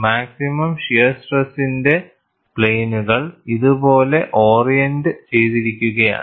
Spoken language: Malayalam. മാക്സിമം ഷിയർ സ്ട്രെസ്ന്റെ പ്ലെയിനുകൾ ഇതുപോലെ ഓറിയന്റഡ് ചെയ്തിരിക്കുകയാണ്